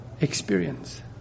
Experience